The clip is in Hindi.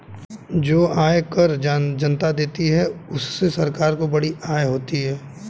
जो आयकर जनता देती है उससे सरकार को बड़ी आय होती है